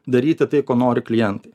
daryti tai ko nori klientai